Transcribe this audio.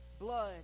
blood